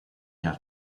have